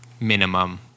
minimum